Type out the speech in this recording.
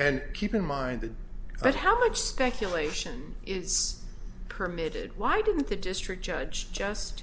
and keep in mind that but how much speculation is permitted why didn't the district judge just